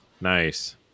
nice